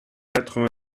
quatre